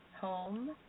home